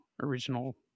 original